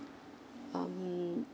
um